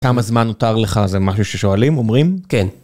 כמה זמן נותר לך, זה משהו ששואלים, אומרים? כן.